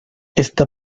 esta